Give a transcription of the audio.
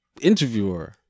Interviewer